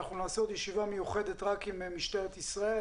אנחנו נקיים עוד ישיבה מיוחדת רק עם משטרת ישראל.